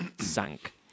sank